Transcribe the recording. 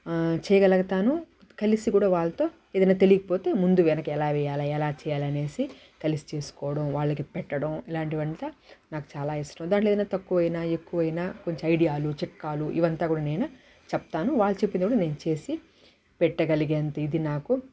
చేయగలుగుతాను కలిసి కూడా వాళ్ళతో ఏదైన తెలియకపోతే ముందు వెనక ఎలా వేయాలి ఎలా చేయాలి అనేసి కలిసి చేసుకోవడం వాళ్ళకి పెట్టడం ఇలాంటివి అంతా నాకు చాలా ఇష్టం దాంట్లో ఏదైనా తక్కువ అయినా ఎక్కువ అయినా కొంచెం ఐడియాలు చిట్కాలు ఇవంతా కూడా నేను చెప్తాను వాళ్ళు చెప్పింది కూడా నేను చేసి పెట్టగలిగే అంత ఇది నాకు